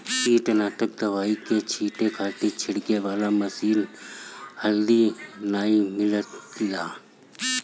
कीटनाशक दवाई के छींटे खातिर छिड़के वाला मशीन हाल्दी नाइ मिलेला